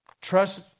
trust